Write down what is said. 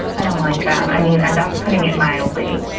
i don't like them. i mean, and that's putting it mildly.